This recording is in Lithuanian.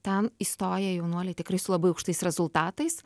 ten įstoję jaunuoliai tikrai su labai aukštais rezultatais